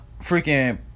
Freaking